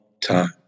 time